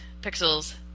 pixels